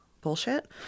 bullshit